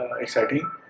exciting